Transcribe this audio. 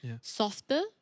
softer